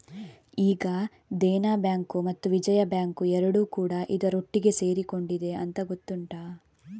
ಈಗ ದೇನಾ ಬ್ಯಾಂಕು ಮತ್ತು ವಿಜಯಾ ಬ್ಯಾಂಕು ಎರಡೂ ಕೂಡಾ ಇದರೊಟ್ಟಿಗೆ ಸೇರಿಕೊಂಡಿದೆ ಅಂತ ಗೊತ್ತುಂಟಾ